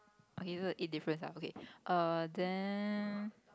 okay so the eighth difference uh okay err then